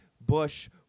Bush